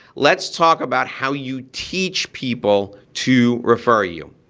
let's talk about how you teach people to refer you.